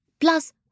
Plus